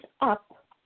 up